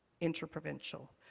interprovincial